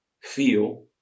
feel